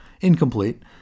incomplete